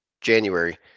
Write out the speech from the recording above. January